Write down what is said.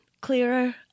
clearer